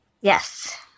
Yes